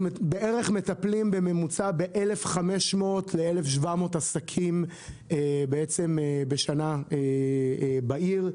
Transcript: אנחנו מטפלים בערך ב-1500 עד 1700 עסקים בשנה בעיר,